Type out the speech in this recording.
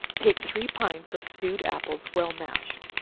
take three pints of stewed apples, well mashed,